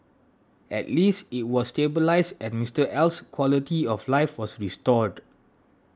at least it was stabilised and Mister L's quality of life was restored